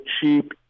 cheap